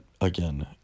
again